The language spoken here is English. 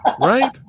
Right